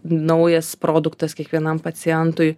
naujas produktas kiekvienam pacientui